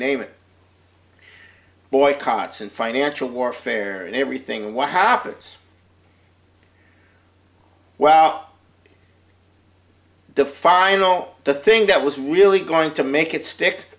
name it boycotts and financial warfare and everything what happens well defined no the thing that was really going to make it stick